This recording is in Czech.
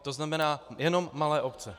To znamená jenom malé obce.